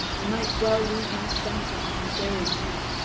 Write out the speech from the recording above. i might well lose my senses from very grief,